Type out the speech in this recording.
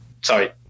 sorry